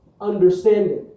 understanding